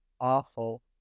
awful